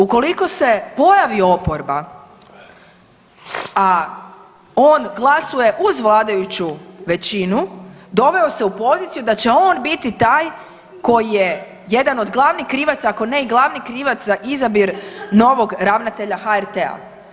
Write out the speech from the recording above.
Ukoliko se pojavi oporba a on glasuje uz vladajuću većine, doveo se u poziciju da će on biti taj koji je jedan od glavnih krivac ako ne i glavni krivac za izabir novog ravnatelja HRT-a.